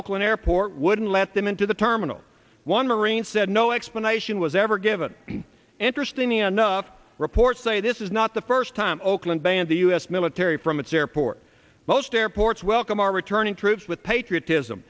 oakland airport wouldn't let them into the terminal one marine said no explanation was ever given interesting enough reports say this is not the first time oakland ban the u s military from its airport most airports welcome our returning troops with patriotism